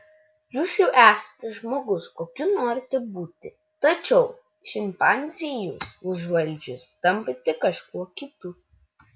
jūs jau esate žmogus kokiu norite būti tačiau šimpanzei jus užvaldžius tampate kažkuo kitu